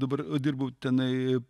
dabar dirbu tenai